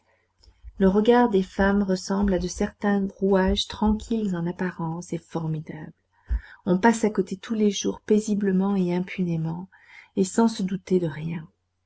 le regard des femmes ressemble à de certains rouages tranquilles en apparence et formidables on passe à côté tous les jours paisiblement et impunément et sans se douter de rien